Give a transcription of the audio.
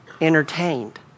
entertained